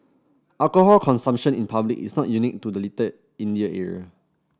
alcohol consumption in public is not unique to the Little India area